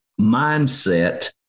mindset